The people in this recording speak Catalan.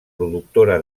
productora